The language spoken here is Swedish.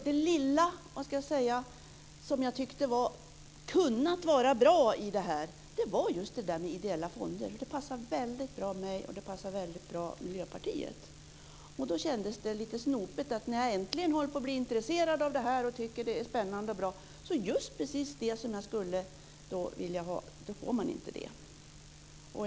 Det lilla som jag tyckte hade kunnat vara bra i sammanhanget var just det där med ideella fonder. Det passar mig och Miljöpartiet väldigt bra. Därför kändes det lite snopet, när jag äntligen höll på att bli intresserad och tyckte att detta var spännande och bra, att inte få just det som jag skulle vilja ha.